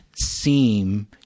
seem